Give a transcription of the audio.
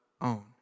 own